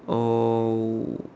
oh